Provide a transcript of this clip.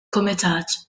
kumitat